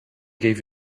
gave